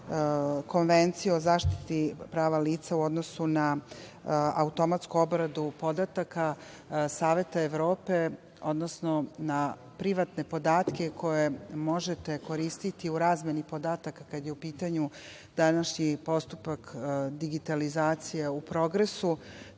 Konvenciju o zaštiti prava lica u odnosu na automatsku obradu podataka Saveta Evrope, odnosno na privatne podatke koje možete koristiti u razmeni podataka kada je u pitanju današnji postupak digitalizacije u progresu. Treba